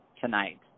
tonight